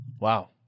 wow